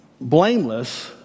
Blameless